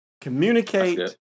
communicate